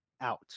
out